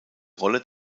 rolle